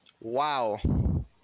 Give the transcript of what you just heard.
Wow